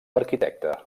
arquitecte